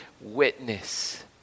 witness